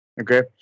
Okay